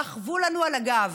רכבו לנו על הגב.